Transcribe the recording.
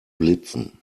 blitzen